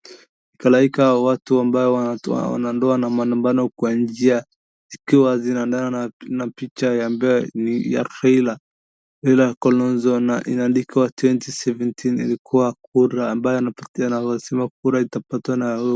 Halaika wa watu ambao wanatoa wana ndoa na mwanambano kwa njia zikiwa zinaandana na picha ambayo ni ya frailer . Ile ya Kalonzo na inaandikwa twenty seventeen ilikuwa kura ambayo anapatiwa anasema kura itapatwa na.